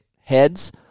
heads